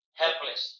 helpless